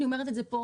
אני אומרת את זה פה,